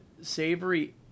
Savory